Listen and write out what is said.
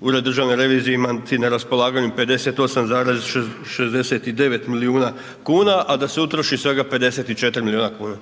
Ured Državne revizije imati na raspolaganju 58,69 milijuna kuna a da se utroši svega 54 milijuna kuna.